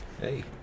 Hey